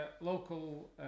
local